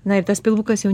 na ir tas pilvukas jau